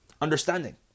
understanding